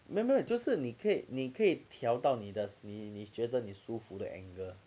没有没有就是你可以你可以调到你的你觉得舒服的 angle